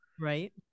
Right